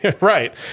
Right